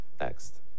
next